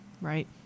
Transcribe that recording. Right